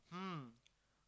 hmm